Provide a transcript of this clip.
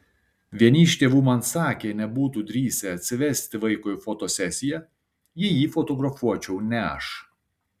vieni iš tėvų man sakė nebūtų drįsę atsivesti vaiko į fotosesiją jei jį fotografuočiau ne aš